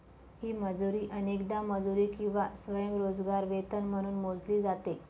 ही मजुरी अनेकदा मजुरी किंवा स्वयंरोजगार वेतन म्हणून मोजली जाते